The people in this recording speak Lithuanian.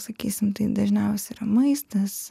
sakysim tai dažniausiai yra maistas